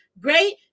great